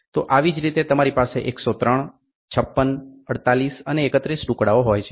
તો આવી જ રીતે તમારી પાસે 103 56 48 અને 31 ટુકડાઓ હોય છે